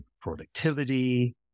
productivity